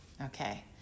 Okay